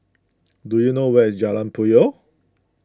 do you know where is Jalan Puyoh